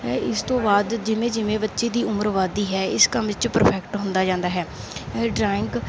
ਇਸ ਤੋਂ ਬਾਅਦ ਜਿਵੇਂ ਜਿਵੇਂ ਬੱਚੇ ਦੀ ਉਮਰ ਵੱਧਦੀ ਹੈ ਇਸ ਕੰਮ ਵਿੱਚ ਪਰਫੈਕਟ ਹੁੰਦਾ ਜਾਂਦਾ ਹੈ ਡਰਾਇੰਗ